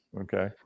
Okay